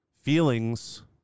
feelings